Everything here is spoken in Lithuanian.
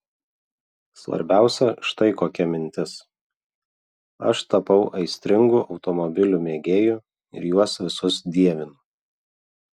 svarbiausia štai kokia mintis aš tapau aistringu automobilių mėgėju ir juos visus dievinu